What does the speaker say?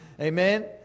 Amen